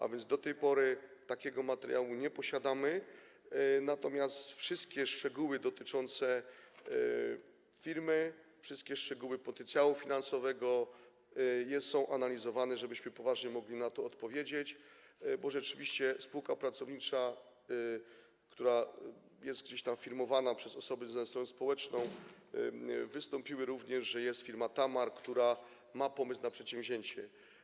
A więc do tej pory takiego materiału nie posiadamy, natomiast wszystkie szczegóły dotyczące firmy, wszystkie szczegóły potencjału finansowego są analizowane, żebyśmy poważnie mogli na to odpowiedzieć, bo rzeczywiście spółka pracownicza, która jest gdzieś tam firmowana przez stronę społeczną, wystąpiła również z informacją, że jest firma Tamar, która ma pomysł na przedsięwzięcie.